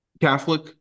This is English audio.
Catholic